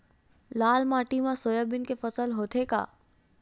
लाल माटी मा सोयाबीन के फसल होथे का?